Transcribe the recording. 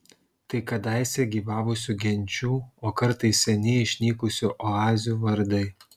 tai kadaise gyvavusių genčių o kartais seniai išnykusių oazių vardai